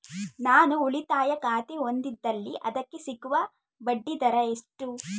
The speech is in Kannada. ನಾನು ಉಳಿತಾಯ ಖಾತೆ ಹೊಂದಿದ್ದಲ್ಲಿ ಅದಕ್ಕೆ ಸಿಗುವ ಬಡ್ಡಿ ದರ ಎಷ್ಟು?